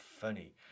funny